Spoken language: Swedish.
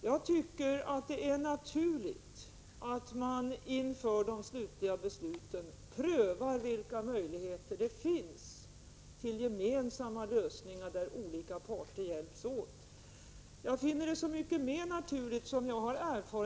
Jag tycker att det är naturligt att man inför de slutliga ställningstagandena prövar vilka möjligheter man har till gemensamma lösningar, som olika parter kan hjälpas åt med. Jag finner det så mycket mer naturligt som jag från mitt hemlän, inkl.